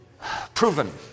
Proven